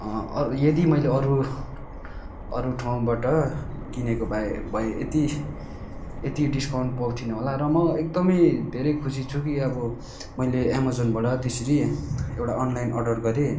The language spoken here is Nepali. यदि मैले अरू अरू ठाउँबाट किनेको भाए भए यति यति डिसकाउन्ट पाउँथिइनँ होला र म एकदमै धेरै खुसी छु कि आबो मैले अमेजोनबाट त्यसरी एउटा अनलाइन अर्डर गरेँ